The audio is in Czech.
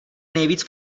nejvíc